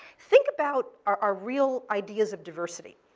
think about our real ideas of diversity.